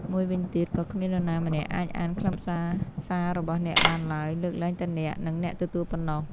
មួយវិញទៀតក៏គ្មាននរណាម្នាក់អាចអានខ្លឹមសារសាររបស់អ្នកបានឡើយ លើកលែងតែអ្នក និងអ្នកទទួលប៉ុណ្ណោះ។